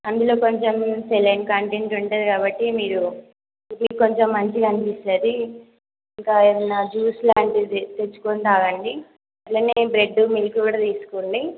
అందులో కొంచెం saline content ఉంటుంది కాబట్టి మీరు కొంచెం కొంచెం మంచిగా అనిపిస్తుంది ఇంకా ఏమైనా జ్యూస్ లాంటిది తెచ్చుకొని తాగండి అట్లనే బ్రెడ్ మిల్క్ కూడా తీసుకోండి